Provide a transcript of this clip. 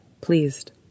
pleased